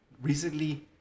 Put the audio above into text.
Recently